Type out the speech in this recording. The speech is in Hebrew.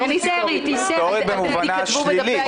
אני רוצה לצטט כמה דברים שנאמרו שם,